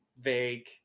vague